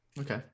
Okay